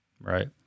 Right